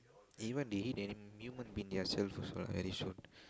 even they eat any human being themselves lah